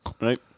Right